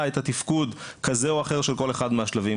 את התפקוד כזה או אחר של כל אחד מהשלבים,